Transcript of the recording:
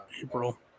April